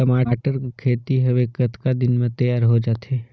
टमाटर कर खेती हवे कतका दिन म तियार हो जाथे?